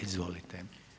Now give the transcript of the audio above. Izvolite.